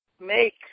make